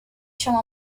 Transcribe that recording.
شما